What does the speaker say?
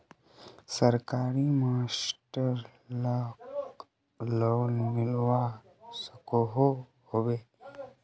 सरकारी मास्टर लाक लोन मिलवा सकोहो होबे?